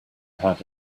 had